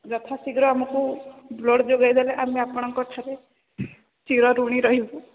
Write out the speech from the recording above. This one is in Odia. ଯଥା ଶୀଘ୍ର ଆମକୁ ବ୍ଲଡ୍ ଯୋଗେଇଦେଲେ ଆମେ ଆପଣଙ୍କ ଠାରେ ଚିର ଋଣୀ ରହିବୁ